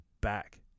back